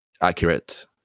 accurate